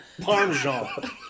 Parmesan